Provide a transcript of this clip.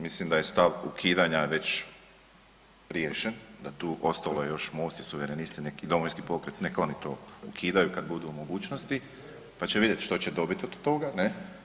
Mislim da je stav ukidanja već riješen, da tu ostalo je još Most i Suverenisti, neki Domovinski pokret, neka oni to ukidaju kad budu u mogućnosti, pa će vidjeti što će dobiti od toga, ne?